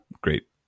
Great